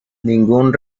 ningún